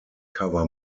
cover